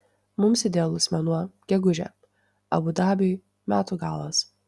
mums idealus mėnuo gegužė abu dabiui metų galas